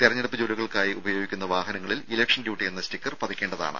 തെരഞ്ഞെടുപ്പ് ജോലികൾക്കായി ഉപയോഗിക്കുന്ന വാഹനങ്ങളിൽ ഇലക്ഷൻ ഡ്യൂട്ടി എന്ന സ്റ്റിക്കർ പതിക്കേണ്ടതാണ്